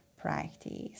practice